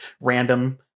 random